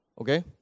okay